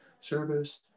Service